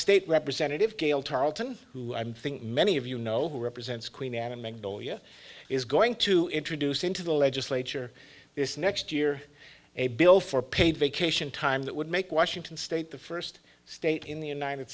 state representative gail tarleton who i'm think many of you know who represents queen anne and magnolia is going to introduce into the legislature this next year a bill for paid vacation time that would make washington state the first state in the united